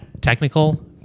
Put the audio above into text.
technical